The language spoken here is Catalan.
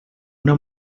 una